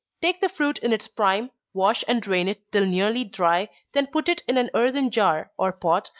take the fruit in its prime, wash and drain it till nearly dry, then put it in an earthen jar, or pot,